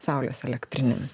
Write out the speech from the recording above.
saulės elektrinėmis